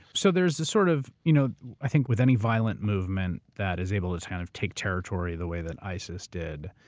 so there's this sort of, you know i think with any violent movement that is able to kind of take territory the way that isis did,